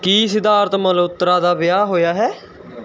ਕੀ ਸਿਧਾਰਥ ਮਲਹੋਤਰਾ ਦਾ ਵਿਆਹ ਹੋਇਆ ਹੈ